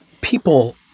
People